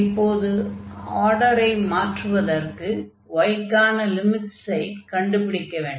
இப்போது ஆர்டரை மாற்றுவதற்கு y க்கான லிமிட்ஸை கண்டுபிடிக்க வேண்டும்